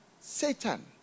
Satan